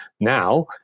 Now